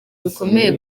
bikomeye